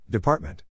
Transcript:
Department